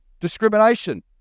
discrimination